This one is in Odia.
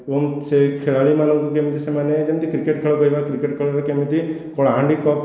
ଏବଂ ସେ ଖେଳାଳିମାନଙ୍କୁ ଯେମିତି ସେମାନେ ଯେମିତି କ୍ରିକେଟ ଖେଳ କହିବା କ୍ରିକେଟ ଖେଳରେ କେମିତି କଳାହାଣ୍ଡି କପ